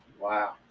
wow